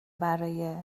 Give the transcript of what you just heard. برای